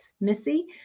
Missy